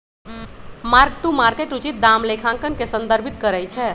mark to market उचित दाम लेखांकन के संदर्भित करइ छै